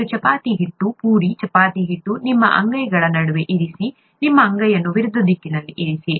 ಮತ್ತು ಚಪಾತಿ ಹಿಟ್ಟು ಪೂರಿ ಚಪಾತಿ ಹಿಟ್ಟನ್ನು ನಿಮ್ಮ ಅಂಗೈಗಳ ನಡುವೆ ಇರಿಸಿ ನಿಮ್ಮ ಅಂಗೈಗಳನ್ನು ವಿರುದ್ಧ ದಿಕ್ಕಿನಲ್ಲಿ ಇರಿಸಿ